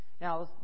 Now